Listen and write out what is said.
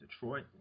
Detroit